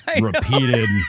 repeated